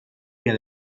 dia